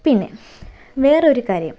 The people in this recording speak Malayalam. പിന്നെ വേറെയൊരു കാര്യം